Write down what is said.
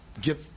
get